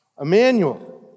Emmanuel